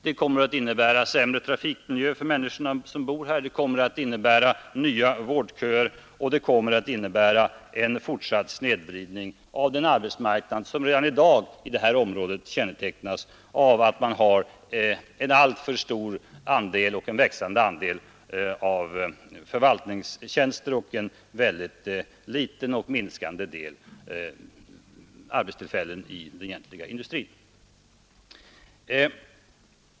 Det kommer att innebära en sämre trafikmiljö för de människor som bor här. Det kommer att innebära nya vårdköer och en fortsatt snedvridning av den arbetsmarknad som redan i dag i detta område kännetecknas av att man har en alltför stor och växande andel av förvaltningstjänster och en väldigt liten och minskande andel arbetstillfällen i den egentliga industrin.